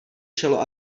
čelo